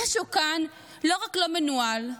משהו כאן לא רק לא מנוהל,